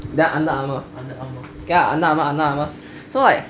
that one under armour ya under armour under armour so like